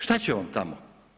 Šta će on tamo?